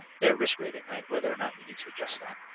their risk rating, whether or not we need to adjust them.